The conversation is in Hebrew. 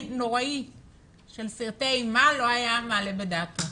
נוראי של סרטי אימה לא היה מעלה בדעתו.